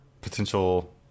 potential